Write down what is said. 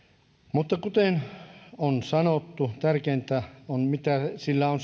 mutta kuten on sanottu tärkeintä on mitä sillä on